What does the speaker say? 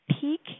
peak